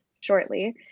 shortly